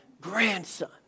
grandson